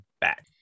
back